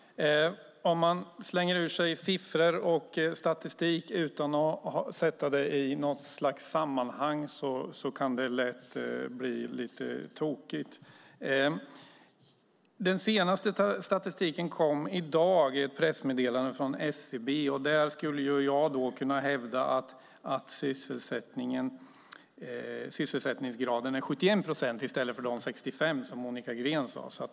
Herr talman! Om man slänger ur sig siffror och statistik utan att sätta det i något slags sammanhang kan det lätt bli lite tokigt. Den senaste statistiken kom i dag i ett pressmeddelande från SCB. Jag skulle då kunna hävda att sysselsättningsgraden är 71 procent, i stället för de 65 procent som Monica Green nämnde.